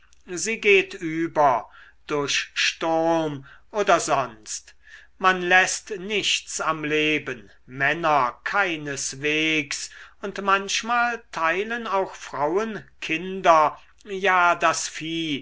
sie geht über durch sturm oder sonst man läßt nichts am leben männer keineswegs und manchmal teilen auch frauen kinder ja das vieh